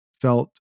felt